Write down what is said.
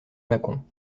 mâcon